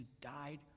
died